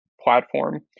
platform